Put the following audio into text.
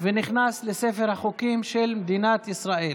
ונכנסת לספר החוקים של מדינת ישראל.